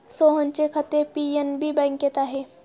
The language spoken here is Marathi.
सोहनचे खाते पी.एन.बी बँकेत आहे